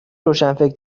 روشنفکر